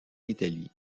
italie